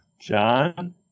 John